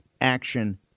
action